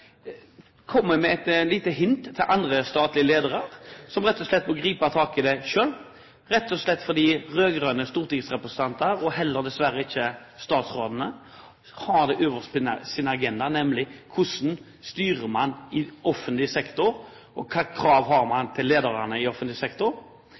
med et lite hint til andre statlige ledere om å gripe tak i det selv, rett og slett fordi verken rød-grønne stortingsrepresentanter eller statsrådene har det øverst på sin agenda, nemlig hvordan man styrer i offentlig sektor og hva slags krav man har